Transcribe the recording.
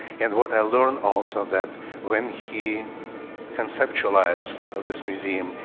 and what i learned also that when he conceptualized this museum,